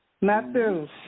Matthews